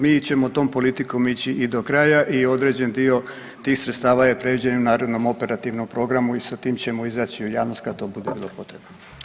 Mi ćemo tom politikom ići i do kraja i određen dio tih sredstava je predviđen i u narednom operativnom programu i sa tim ćemo izaći u javnost kad to bude bilo potrebno.